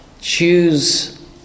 choose